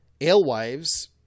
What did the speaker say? alewives